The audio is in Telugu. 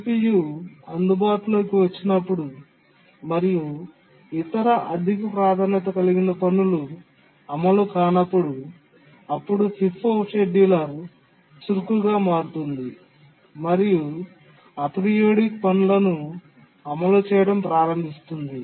CPU అందుబాటులోకి వచ్చినప్పుడు మరియు ఇతర అధిక ప్రాధాన్యత కలిగిన పనులు అమలు కానప్పుడు అప్పుడు FIFO షెడ్యూలర్ చురుకుగా మారుతుంది మరియు అపెరియోడిక్ పనులను అమలు చేయడం ప్రారంభిస్తుంది